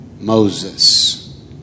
Moses